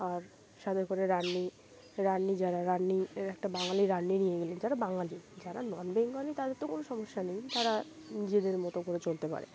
আর সাথে করে রান্নি রান্নি যারা রান্নি একটা বাঙালি রান্নি নিয়ে গেলেন যারা বাঙালি যারা নন বেঙ্গলি তাদের তো কোনো সমস্যা নেই তারা নিজেদের মতো করে চলতে পারে